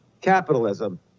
capitalism